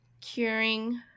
curing